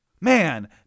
man